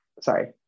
sorry